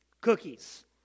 cookies